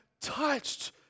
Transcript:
touched